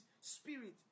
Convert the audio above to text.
spirit